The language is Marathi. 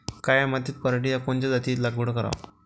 काळ्या मातीत पराटीच्या कोनच्या जातीची लागवड कराव?